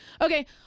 Okay